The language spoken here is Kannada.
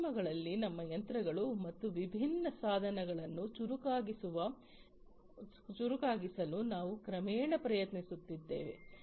ಉದ್ಯಮಗಳಲ್ಲಿ ನಮ್ಮ ಯಂತ್ರಗಳು ಮತ್ತು ವಿಭಿನ್ನ ಸಾಧನಗಳನ್ನು ಚುರುಕಾಗಿಸಲು ನಾವು ಕ್ರಮೇಣ ಪ್ರಯತ್ನಿಸುತ್ತಿದ್ದೇವೆ